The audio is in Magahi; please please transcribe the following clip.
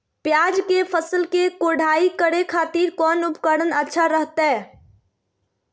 प्याज के फसल के कोढ़ाई करे खातिर कौन उपकरण अच्छा रहतय?